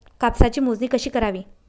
कापसाची मोजणी कशी करावी?